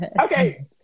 Okay